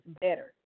better